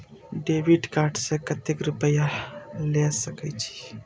Debit card से कतेक रूपया ले सके छै?